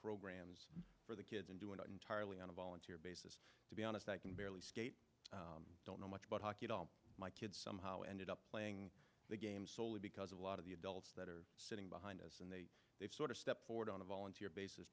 programs for the kids and do it entirely on a volunteer basis to be honest i can barely skate i don't know much about hockey at all my kids somehow ended up playing the game soley because a lot of the adults that are sitting behind us and they they've sort of stepped forward on a volunteer basis